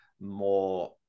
more